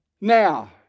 Now